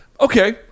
Okay